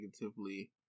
negatively